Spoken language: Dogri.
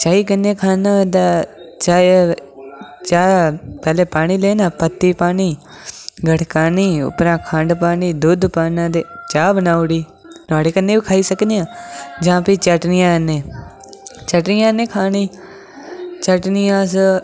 चाही कन्नै खाना होऐ ते चाह् पैह्लें पानी लेना पत्ती पानी गड़कानी उप्परा खंड पानी दुद्ध पाना दे चाह् बनाई ओड़ी नुआढ़े कन्नै बी खाई सकने आं जां फ्ही चटनी कन्नै चटनी कन्नै खानी चटनी अस